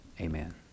Amen